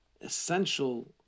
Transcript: essential